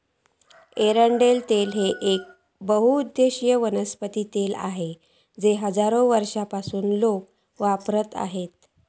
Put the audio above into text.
एरंडेल तेल ह्या येक बहुउद्देशीय वनस्पती तेल आसा जा हजारो वर्षांपासून लोक वापरत आसत